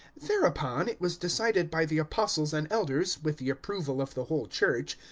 thereupon it was decided by the apostles and elders, with the approval of the whole church,